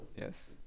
yes